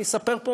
אני אספר פה,